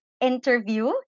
interview